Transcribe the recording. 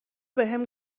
بهم